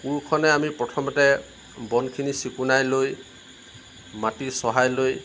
কোৰখনেৰে আমি প্ৰথমতে বনখিনি চিকুণাই লৈ মাটি চহাই লৈ